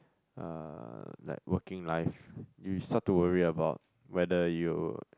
uh like working life you start to worry about whether you